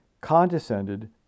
condescended